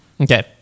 Okay